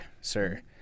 sir